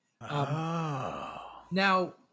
Now